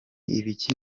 ibiki